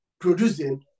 producing